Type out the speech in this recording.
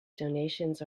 donations